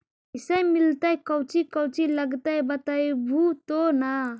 कैसे मिलतय कौची कौची लगतय बतैबहू तो न?